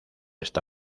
esta